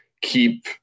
keep